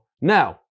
Now